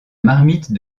marmite